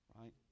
Right